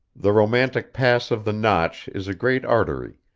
the romantic pass of the notch is a great artery,